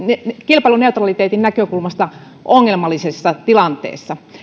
kilpailuneutraliteetin näkökulmasta ongelmallisessa tilanteessa